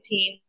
Team